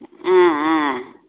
ஆ ஆ